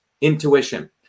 Intuition